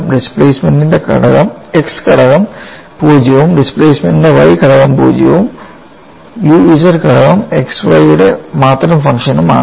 ഡിസ്പ്ലേസ്മെൻറ്ന്റെ x ഘടകം 0 ഉം displacement ത്തിന്റെ y ഘടകം 0 ഉം u z ഘടകം x y യുടെ മാത്രം ഫംഗ്ഷൻ ആണ്